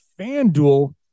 FanDuel